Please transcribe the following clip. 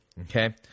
Okay